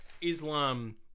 Islam